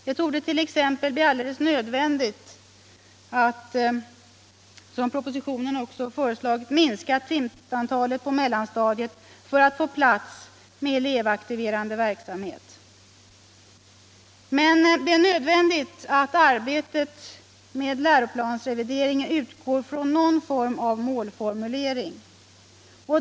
Det torde t.ex. bli alldeles nödvändigt att, som propositionen också föreslår, minska timantalet på mellanstadiet för att få plats med elevaktiverande verksamhet. Men det är nödvändigt att arbetet med läroplansrevideringen utgår från någon form av målformulering.